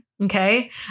Okay